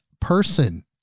person